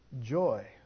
joy